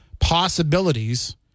possibilities